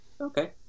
okay